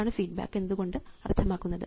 അതാണ് ഫീഡ്ബാക്ക് എന്നതുകൊണ്ട് അർത്ഥമാക്കുന്നത്